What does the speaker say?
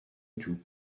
tout